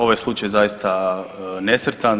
Ovaj slučaj je zaista nesretan.